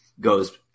goes